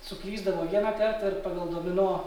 suklysdavo vienąkart ir pagal domino